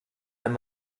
wenn